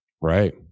right